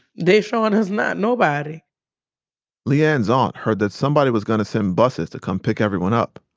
they showing us not nobody le-ann's aunt heard that somebody was going to send buses to come pick everyone up.